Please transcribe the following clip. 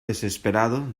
desesperado